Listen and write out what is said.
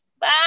Bye